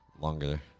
longer